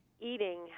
Eating